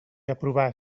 aprovar